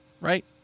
Right